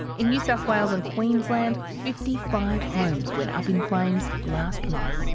in new south wales and queensland, fifty-five homes went up in flames last month.